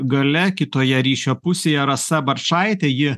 gale kitoje ryšio pusėje rasa barčaitė ji